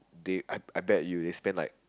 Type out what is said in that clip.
they I I bet you they spend like